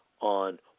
on